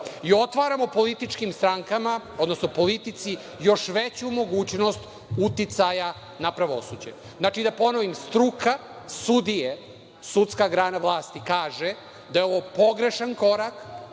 i otvaramo političkim strankama, odnosno politici još veću mogućnost uticaja na pravosuđe. Znači, da ponovim, struka, sudije, sudska grana vlasti kaže da je ovo pogrešan korak,